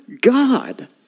God